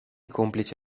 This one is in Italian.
complici